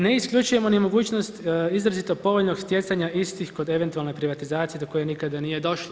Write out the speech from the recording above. Ne isključujemo ni mogućnost, izrazito povoljnog stjecanja istih, kod eventualne privatizacije, do koje nikada nije došlo.